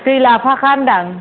दै लाफाखा होनदां